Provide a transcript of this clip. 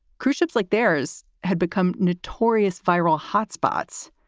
cruise ships like theirs had become notorious viral hotspots.